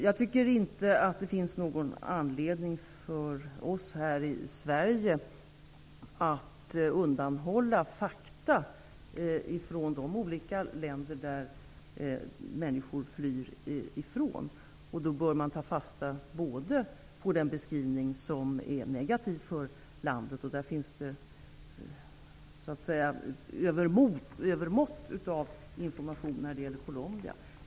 Jag tycker inte att vi i Sverige har någon anledning att undanhålla fakta från de olika länder som människor flyr ifrån. Visst bör man ta fasta på negativa beskrivningar av landet -- och de finns ju i övermått när det gäller Colombia.